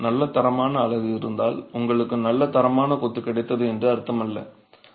உங்களிடம் நல்ல தரமான அலகு இருந்தால் உங்களுக்கு நல்ல தரமான கொத்து கிடைத்தது என்று அர்த்தமல்ல